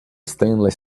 stainless